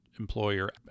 employer